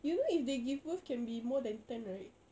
you know if they give birth can be more than ten right